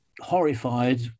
horrified